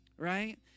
Right